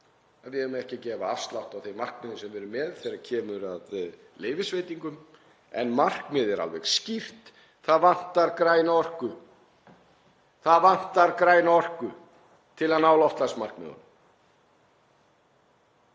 við eigum ekki að gefa afslátt af þeim markmiðum sem við erum með þegar kemur að leyfisveitingum en að markmiðið sé alveg skýrt, það vanti græna orku. Það vantar græna orku til að ná loftslagsmarkmiðunum.